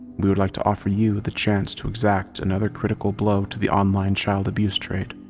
we would like to offer you the chance to exact another critical blow to the online child abuse trade.